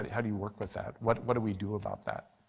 how do how do you work with that? what but do we do about that?